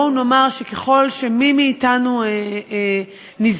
בואו נאמר שככל שמי מאתנו נזקק